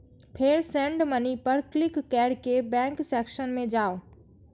फेर send money पर click कैर के बैंक सेक्शन मे जाउ